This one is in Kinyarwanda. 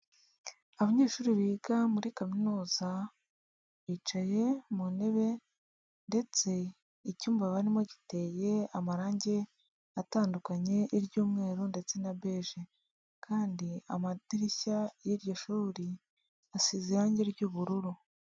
Abanyeshuri biga muri kaminuza bicaye mu ntebe ndetse icyumba barimo giteye amarangi atandukanye iry'umweru ndetse na beje kandi amadirishya y'iryo shuri asize irangi ry'ubururu.